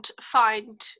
find